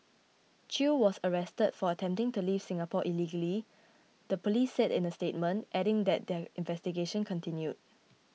Chew was arrested for attempting to leave Singapore illegally the police said in a statement adding that their investigation continued